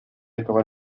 acabar